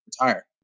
Retire